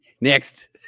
next